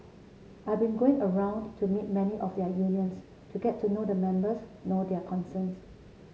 I've been going around to meet many of their unions to get to know the members know their concerns